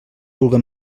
vulga